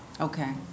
Okay